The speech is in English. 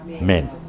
men